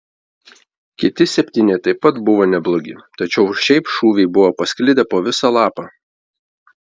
kiti septyni taip pat buvo neblogi tačiau šiaip šūviai buvo pasklidę po visą lapą